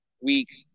week